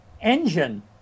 engine